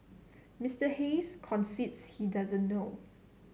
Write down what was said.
Mister Hayes concedes he doesn't know